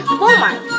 walmart